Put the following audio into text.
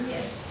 Yes